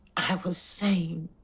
i was saying,